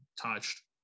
touched